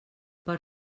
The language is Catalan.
per